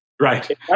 Right